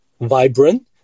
vibrant